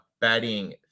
betting